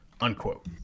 Unquote